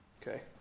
Okay